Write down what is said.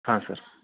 ಹಾಂ ಸರ್